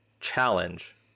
challenge